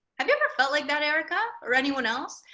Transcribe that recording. and ever felt like that erika or anyone else?